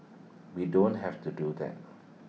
we don't have to do that